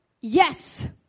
yes